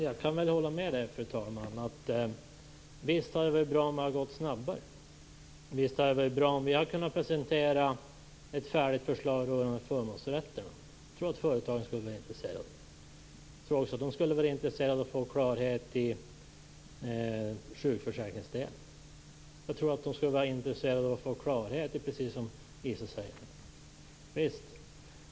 Fru talman! Jag kan hålla med om att visst hade det varit bra om det hade gått snabbare, och visst hade det varit bra om vi hade kunnat presentera ett färdigt förslag rörande förmånsrätterna. Det tror jag att företagarna skulle vara intresserade av. Jag tror också att de skulle vara intresserade av att få klarhet i sjukförsäkringsdelen och i det som Isa Halvarsson tar upp, visst.